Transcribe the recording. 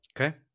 Okay